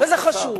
זה חשוב.